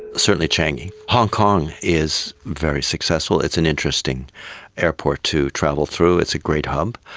certainly changi. hong kong is very successful, it's an interesting airport to travel through, it's a great hub.